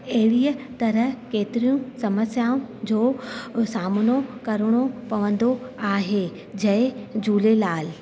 अहिड़ीअ तरह केतिरियूं समस्याऊं जो सामनो करणो पवंदो आहे जय झूलेलाल